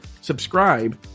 subscribe